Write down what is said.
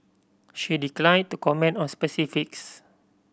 she declined to comment on specifics